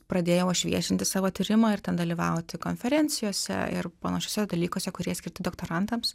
pradėjau aš viešinti savo tyrimą ir ten dalyvauti konferencijose ir panašiuose dalykuose kurie skirti doktorantams